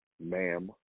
ma'am